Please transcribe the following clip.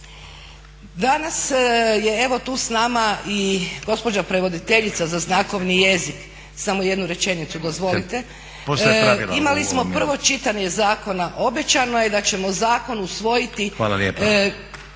Danas je tu s nama i gospođa prevoditeljica za znakovni jezik. Imali smo prvo čitanje zakona obećano je da ćemo zakon usvojiti.